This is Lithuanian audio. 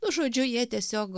nu žodžiu jie tiesiog